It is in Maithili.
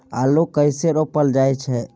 आलू कइसे रोपल जाय छै?